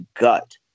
gut